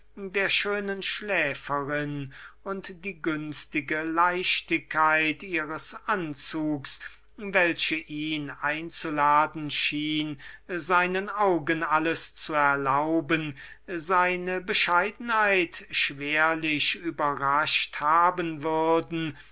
der schönen schläferin und die günstige leichtigkeit ihres anzugs welche ihn einzuladen schien seinen augen alles zu erlauben seine bescheidenheit schwerlich überrascht haben würden